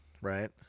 right